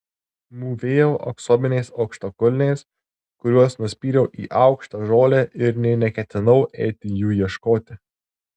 mūvėjau aksominiais aukštakulniais kuriuos nuspyriau į aukštą žolę ir nė neketinau eiti jų ieškoti